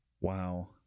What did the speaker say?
Wow